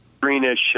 greenish